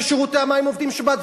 ושירותי המים עובדים בשבת,